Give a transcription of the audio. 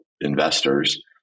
investors